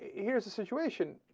here's the situation